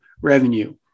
revenue